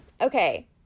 okay